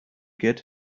get